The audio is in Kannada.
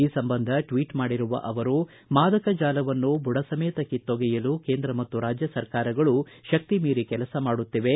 ಈ ಸಂಬಂಧ ಟ್ವೀಟ್ ಮಾಡಿರುವ ಅವರು ಮಾದಕ ಜಾಲವನ್ನು ಬುಡಸಮೇತ ಕಿತ್ತೊಗೆಯಲು ಕೇಂದ್ರ ಮತ್ತು ರಾಜ್ಯ ಸರ್ಕಾರಗಳು ಶಕ್ತಿ ಮೀರಿ ಕೆಲಸ ಮಾಡುತ್ತಿವೆ